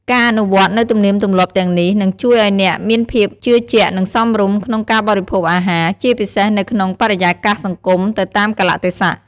ការអនុវត្តនូវទំនៀមទម្លាប់ទាំងនេះ នឹងជួយឱ្យអ្នកមានភាពជឿជាក់ និងសមរម្យក្នុងការបរិភោគអាហារ ជាពិសេសនៅក្នុងបរិយាកាសសង្គម ទៅតាមកាលៈទេសៈ។